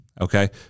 okay